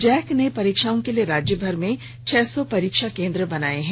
Jack ने परीक्षाओं के लिए राज्यभर में छह सौ परीक्षा केंद्र बनाये हैं